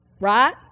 Right